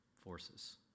forces